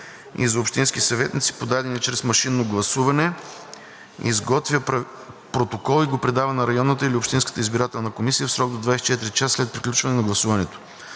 и за общински съветници, подадени чрез машинно гласуване; изготвя протокол и го предава на районната или общинската избирателна комисия в срок до 24 часа след приключване на гласуването;“